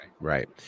right